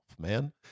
man